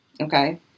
Okay